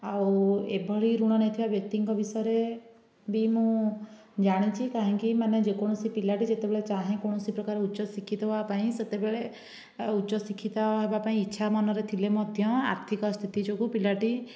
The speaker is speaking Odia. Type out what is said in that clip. ଆଉ ଏଭଳି ଋଣ ନେଇଥିବା ବ୍ୟକ୍ତିଙ୍କ ବିଷୟରେ ବି ମୁଁ ଜାଣିଛି କାହିଁକି ମାନେ ଯେକୌଣସି ପିଲାଟିଏ ଯେତେବେଳେ ଚାହେଁ କୌଣସି ପ୍ରକାର ଉଚ୍ଚ ଶିକ୍ଷିତ ହେବା ପାଇଁ ସେତେବେଳେ ଉଚ୍ଚ ଶିକ୍ଷିତ ହେବାପାଇଁ ଇଚ୍ଛା ମନରେ ଥିଲେ ମଧ୍ୟ ଆର୍ଥିକ ସ୍ଥିତି ଯୋଗୁଁ ପିଲାଟି